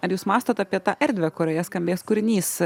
ar jūs mąstot apie tą erdvę kurioje skambės kūrinys